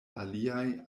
aliaj